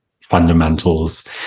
fundamentals